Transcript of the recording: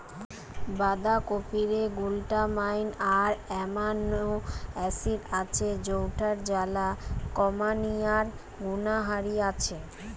বাঁধাকপিরে glutamine আর amino acid আছে যৌটার জ্বালা কমানিয়ার গুণহারি আছে